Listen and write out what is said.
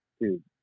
dude